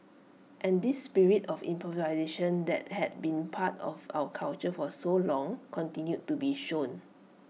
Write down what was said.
and this spirit of improvisation that had been part of our culture for so long continued to be shown